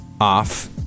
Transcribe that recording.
off